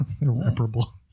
Irreparable